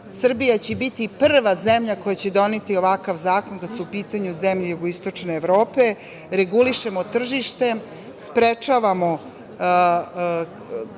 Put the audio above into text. Srbija će biti prva zemlja koja će doneti ovakav zakon kada su pitanju zemlje Jugoistočne Evrope, regulišemo tržište, sprečavamo kriminal